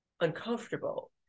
uncomfortable